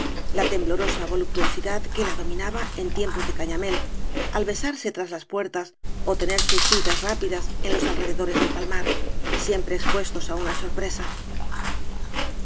la temblorosa voluptuosidad que la dominaba en tiempos de gañamél al besarse tras las puertas ó tener sus citas rápidas en los alrededores del pal mar siempre expuestos á una sorpresa